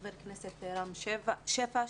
חבר הכנסת רם שפע.